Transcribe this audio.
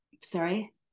sorry